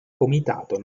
comitato